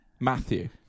Matthew